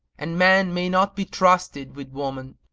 and man may not be trusted with woman,